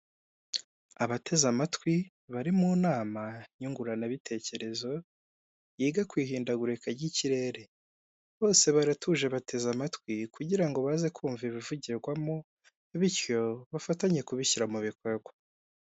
Abateze amatwi bari mu nama nyunguranabitekerezo yiga ku ihindagurika ry'ikirere, bose baratuje bateze amatwi kugira ngo baze kumva ibivugirwamo bityo bafatanye kubishyira mu bikorwa.